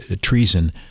treason